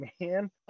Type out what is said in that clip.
man